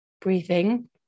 breathing